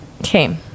Okay